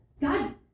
God